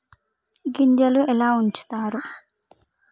గింజలు ఎలా ఉంచుతారు?